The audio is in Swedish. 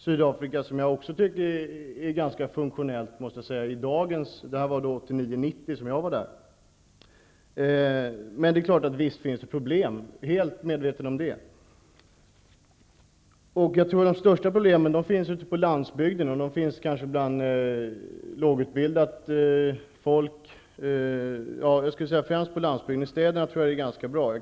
Sydafrika tycker jag också är ganska funktionellt i dagens läge. Jag var där 1989--1990. Men det är klart att det finns problem. Jag är helt medveten om det. De största problemen tror jag finns främst ute på landsbygden och kanske bland lågutbildade människor. I städerna tror jag att det är ganska bra.